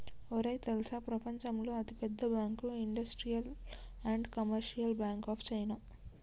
ఒరేయ్ తెల్సా ప్రపంచంలో అతి పెద్ద bank industrial and commercial bank of China